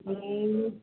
ए